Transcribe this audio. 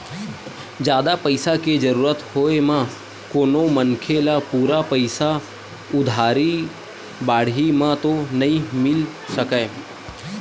जादा पइसा के जरुरत होय म कोनो मनखे ल पूरा पइसा उधारी बाड़ही म तो नइ मिल सकय